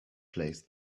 place